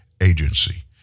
agency